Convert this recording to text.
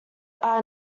are